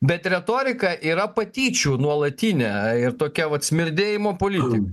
bet retorika yra patyčių nuolatinė ir tokia vat smirdėjimo politik